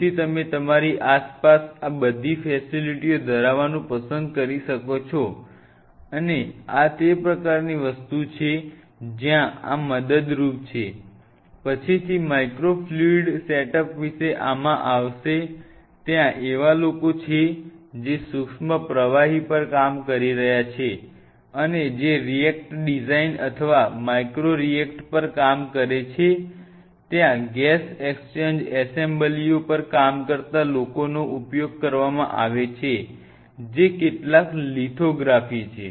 તેથી તમે તમારી આસપાસ આ બધી ફેસિલિટીઓ ધરાવવાનું પસંદ કરી શકો છો અને આ તે પ્રકારની વસ્તુઓ છે જ્યાં આ મદદરૂપ છે પછીથી માઇક્રો ફ્લુઇડિક સેટઅપ વિશે આમાં આવશે ત્યાં એવા લોકો છે જે સૂક્ષ્મ પ્રવાહી પર કામ કરી રહ્યા છે અને જે રિએક્ટેડ ડિઝાઇન અથવા માઇક્રો રિએક્ટર પર કામ કરે છે ત્યાં ગેસ એક્સચેન્જ એસેમ્બલીઓ પર કામ કરતા લોકોનો ઉપયોગ કરવામાં આવે છે જે કેટલાક લિથોગ્રાફી છે